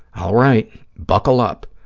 all right, buckle up.